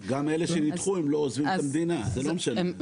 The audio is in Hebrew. גם אלו שנדחו לא עוזבים את המדינה, זה לא משנה.